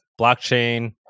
blockchain